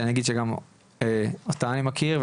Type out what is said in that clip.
שאני אגיד שגם אותה אני מכיר,